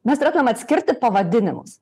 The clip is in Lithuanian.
mes turėtumėm atskirti pavadinimus